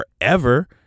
forever